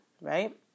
right